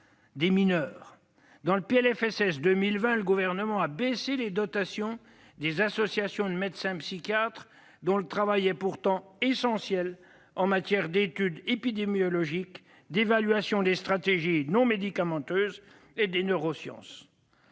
sociale pour 2020, le Gouvernement a baissé les dotations des associations de médecins psychiatres, dont le travail est pourtant essentiel en matière d'études épidémiologiques, d'évaluation des stratégies non médicamenteuses et de neuroscience.